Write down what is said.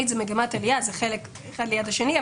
נמצאים במגמת עלייה; זה אחד ליד השני.